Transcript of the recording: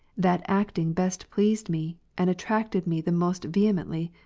that acting best pleased me, and attracted me the most vehemently,